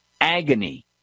agony